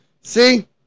See